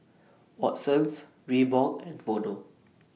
Watsons Reebok and Vono